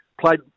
Played